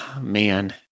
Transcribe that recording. Man